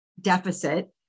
deficit